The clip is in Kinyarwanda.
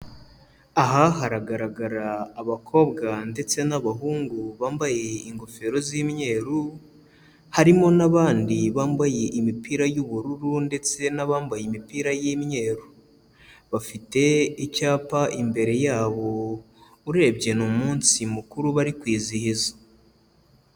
Aha haragaragara abakobwa ndetse n'abahungu bambaye ingofero z'imyeru, harimo n'abandi bambaye imipira y'ubururu ndetse n'abambaye imipira y'imyeru, bafite icyapa imbere yabo urebye ni umunsi mukuru bari kwizihiza.